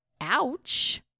ouch